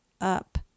up